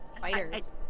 Fighters